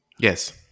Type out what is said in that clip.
Yes